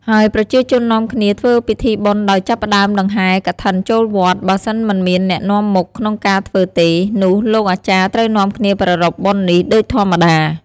ហើយប្រជាជននាំគ្នាធ្វើពិធីបុណ្យដោយចាប់ផ្ដើមដង្ហែរកឋិនចូលវត្ត បើសិនមិនមានអ្នកនាំមុខក្នុងការធ្វើទេ នោះលោកអាចារ្យត្រូវនាំគ្នាប្រារព្ធបុណ្យនេះដូចធម្មតា ។